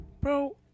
Bro